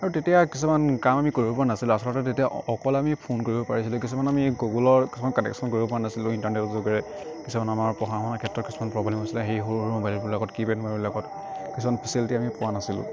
আৰু তেতিয়া কিছুমান কাম আমি কৰিব পৰা নাছিলোঁ আচলতে তেতিয়া অকল আমি ফোন কৰিব পাৰিছিলোঁ কিছুমান আমি গুগুলৰ কিছুমান কানেকচন কৰিব পৰা নাছিলোঁ ইণ্টাৰনেটৰ যোগেৰে কিছুমান আমাৰ পঢ়া শুনা ক্ষেত্ৰত কিছুমান প্ৰব্লেম হৈছিলে সেই সৰু সৰু মোবাইলবিলাকত কীপেইড মোবাইলবিলাকত কিছুমান ফেচেলিটি আমি পোৱা নাছিলোঁ